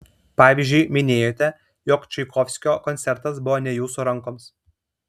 pavyzdžiui minėjote jog čaikovskio koncertas buvo ne jūsų rankoms